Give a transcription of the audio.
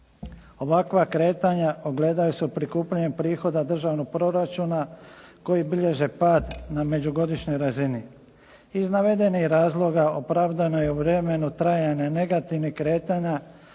Ovakva kretanja ogledaju se u prikupljanju prihoda državnog proračuna koji bilježe pad na međugodišnjoj razini. Iz navedenih razloga opravdano je u vremenu trajanja negativnih kretanja